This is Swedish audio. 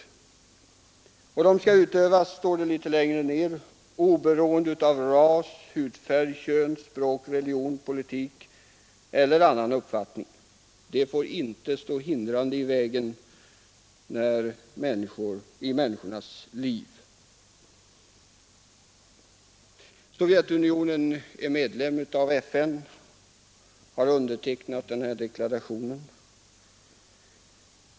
De friheterna skall utövas, står det litet längre ner i deklarationen, oberoende av ras, hudfärg, kön, språk, religion, politisk eller annan uppfattning. Sovjetunionen är medlem av FN och har undertecknat deklarationen.